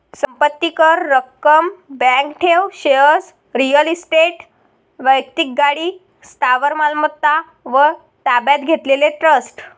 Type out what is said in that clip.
संपत्ती कर, रक्कम, बँक ठेव, शेअर्स, रिअल इस्टेट, वैक्तिक गाडी, स्थावर मालमत्ता व ताब्यात घेतलेले ट्रस्ट